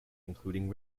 including